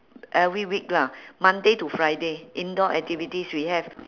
every week lah monday to friday indoor activities we have